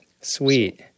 sweet